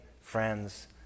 friends